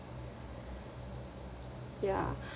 ya